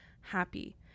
happy